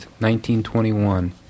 1921